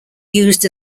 used